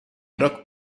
rock